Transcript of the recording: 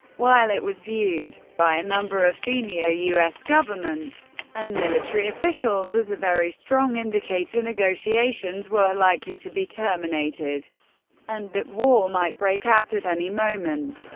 while it was viewed by a number of senior u s government and military officials as a very strong indicator negotiations were likely to be terminated and that war might break out at any moment,